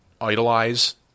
idolize